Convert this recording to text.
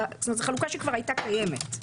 זו חלוקה שכבר היתה קיימת.